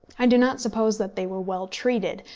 i do not suppose that they were well treated,